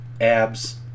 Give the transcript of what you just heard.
abs